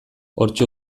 hortxe